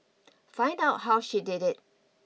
find out how she did it